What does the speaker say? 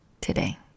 today